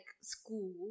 school